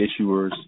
issuers